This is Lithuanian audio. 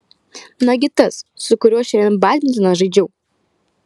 nagi tas su kuriuo šiandien badmintoną žaidžiau